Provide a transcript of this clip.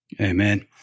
Amen